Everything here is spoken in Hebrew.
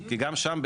כי גם שם,